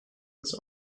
his